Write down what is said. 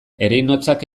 ereinotzak